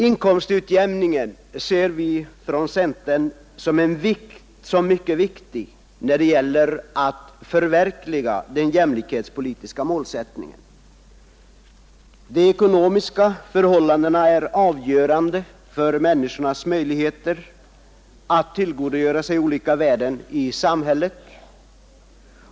Inkomstutjämningen ser vi från centern som mycket viktig när det gäller att förverkliga den jämlikhetspolitiska målsättningen. De ekonomiska förhållandena är avgörande för människornas möjligheter att tillgodogöra sig olika värden i samhället.